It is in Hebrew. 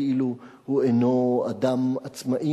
כאילו הוא אינו אדם עצמאי,